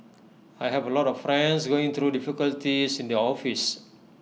I have A lot of friends going through difficulties in the office